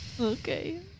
okay